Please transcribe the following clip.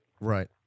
Right